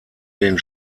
den